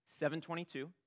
722